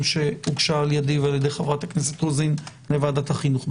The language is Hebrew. שהוגשה על-ידי ועל-ידי חברת הכנסת רוזין בוועדת החינוך.